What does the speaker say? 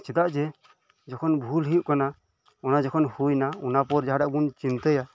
ᱪᱮᱫᱟᱜ ᱡᱮ ᱡᱚᱠᱷᱚᱱ ᱵᱷᱩᱞ ᱦᱳᱭᱳᱜ ᱠᱟᱱᱟ ᱚᱱᱟ ᱡᱮᱠᱷᱚᱱ ᱦᱳᱭᱱᱟ ᱚᱱᱟ ᱯᱚᱨ ᱡᱟᱦᱟᱸᱴᱟᱜ ᱵᱚᱱ ᱪᱤᱱᱛᱟᱹᱭᱟ